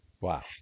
Wow